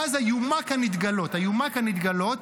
ואז "אימה כנדגלות" "אימה כנדגלות",